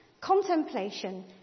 contemplation